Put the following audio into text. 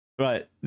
Right